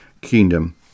kingdom